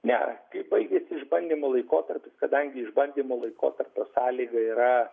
ne kai baigiasi išbandymo laikotarpis kadangi išbandymo laikotarpio sąlyga yra